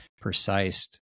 precise